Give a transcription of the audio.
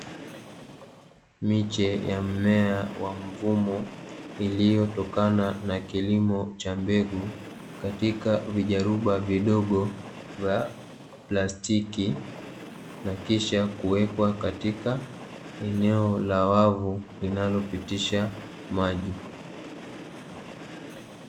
Miche ya mmea wa mvumo iliyotokana na kilimo cha mbegu katika vijaluba vidogo vya plastiki na kisha kuwekwa katika eneo la wavu linalopitisha maji.